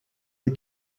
the